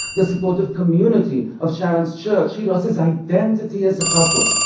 the supportive community of sharon's church. he lost his identity as a couple.